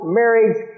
marriage